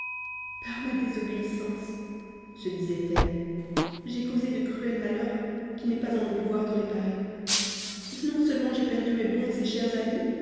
par ma désobéissance se disait-elle j'ai causé de cruels malheurs qu'il n'est pas en mon pouvoir de réparer non seulement j'ai perdu mes bons et chers amis